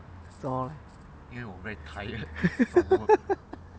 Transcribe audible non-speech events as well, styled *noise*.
什么 *laughs*